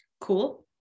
Cool